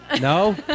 No